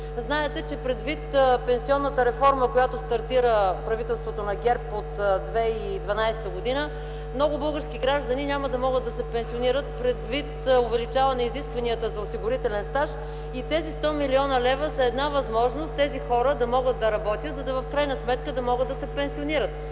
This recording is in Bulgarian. Знаете, че предвид пенсионната реформа, която стартира правителството на ГЕРБ от 2012 г., много български граждани няма да могат да се пенсионират предвид увеличаване изискванията за осигурителен стаж и тези 100 млн. са една възможност тези хора да могат да работят, за да могат в крайна сметка да се пенсионират.